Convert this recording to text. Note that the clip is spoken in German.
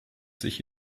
sich